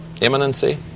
imminency